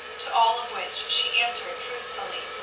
to all of which she answered truthfully.